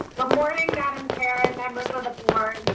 ah morning, madam chair and members of the board. and